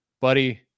Buddy